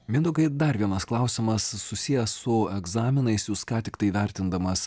mindaugai dar vienas klausimas susijęs su egzaminais jūs ką tik tai vertindamas